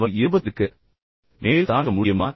அவர் இருபத்திற்கு மேல் தாங்க முடியுமா